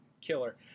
killer